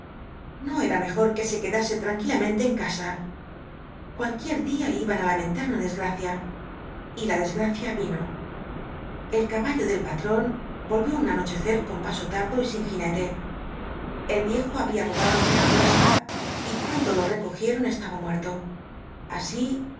no era mejor que se quedase tranquilamente en casa cualquier día iban á lamentar una desgracia y la desgracia vino el caballo del patrón volvió un anochecer con paso tardo y sin jinete el viejo había rodado en una cuesta y cuando lo recogieron estaba muerto así